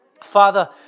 Father